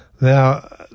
Now